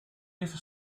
even